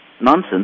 nonsense